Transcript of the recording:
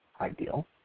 ideal